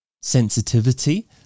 sensitivity